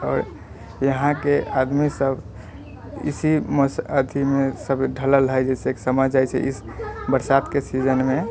आओर यहाँके आदमी सब इसी अथीमे सब ढलल हैय जैसे समा जाइ छै इस बरसातके सीजनमे